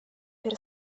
per